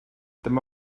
dyma